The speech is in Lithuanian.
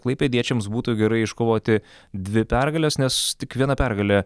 klaipėdiečiams būtų gerai iškovoti dvi pergales nes tik viena pergalė